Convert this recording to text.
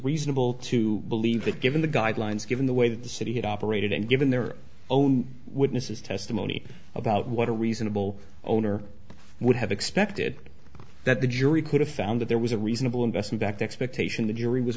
reasonable to believe that given the guidelines given the way that the city had operated and given their own witnesses testimony about what a reasonable owner would have expected that the jury could have found that there was a reasonable investment act expectation the jury was